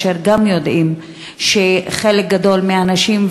ויודעים שחלק גדול מהנשים,